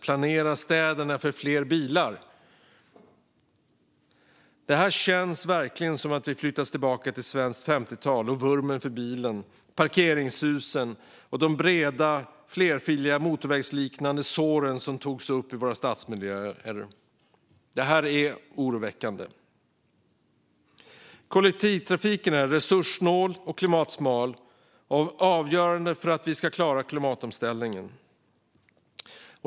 "Planera städerna för fler bilar!" Det känns verkligen som att vi flyttats tillbaka till svenskt 50-tal och vurmen för bilen, parkeringshusen och de breda, flerfiliga motorvägsliknande sår som togs upp i våra stadsmiljöer. Detta är oroväckande. Kollektivtrafiken är resurssnål, klimatsmart och avgörande för att vi ska klara klimatomställningen.